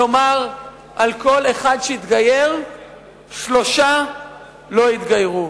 כלומר על כל אחד שהתגייר שלושה לא התגיירו,